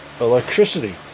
electricity